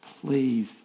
please